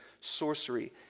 sorcery